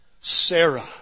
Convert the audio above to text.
Sarah